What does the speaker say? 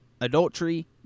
adultery